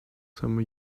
some